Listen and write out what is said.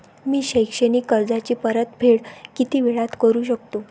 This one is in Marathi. मी शैक्षणिक कर्जाची परतफेड किती वेळात करू शकतो